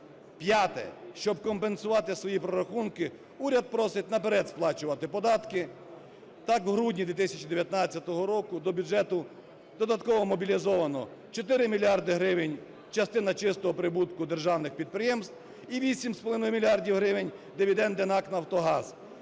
П'яте. Щоб компенсувати свої прорахунки, уряд просить наперед сплачувати податки. Так, в грудні 2019 року до бюджету додатково мобілізовано 4 мільярди гривень – частина чистого прибутку державних підприємств і 8,5 мільярда гривень – дивіденди НАК "Нафтогаз",